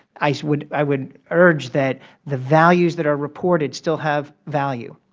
i so would i would urge that the values that are reported still have value,